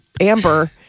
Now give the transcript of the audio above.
Amber